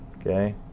Okay